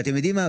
ואתם יודעים מה?